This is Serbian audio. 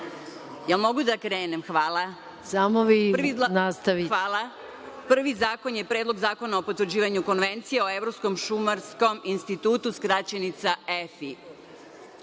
Samo vi nastavite.)Prvi zakon je Predlog zakona o potvrđivanju Konvencije o Evropskom-šumarskom institutu, skraćenica EFI.